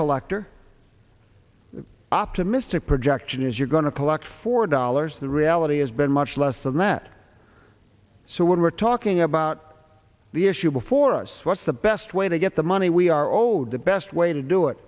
collector optimistic projection is you're going to collect four dollars the reality has been much less than that so what we're talking about the issue before us what's the best way to get the money we are owed the best way to do it